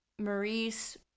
Maurice